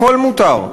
הכול מותר.